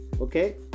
okay